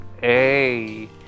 hey